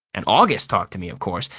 and august talked to me, of course.